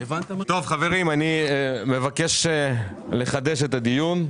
נחדש את הדיון.